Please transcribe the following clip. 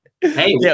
Hey